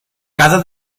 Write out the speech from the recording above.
cada